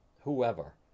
whoever